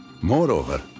Moreover